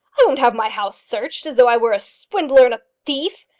i won't have my house searched as though i were a swindler and a thief.